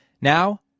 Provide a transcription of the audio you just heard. Now